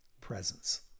presence